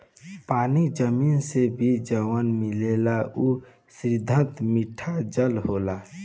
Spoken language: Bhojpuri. पानी जमीन से भी जवन मिलेला उ सुद्ध मिठ जल होला